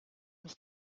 mich